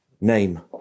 name